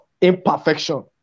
imperfection